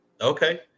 okay